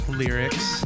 lyrics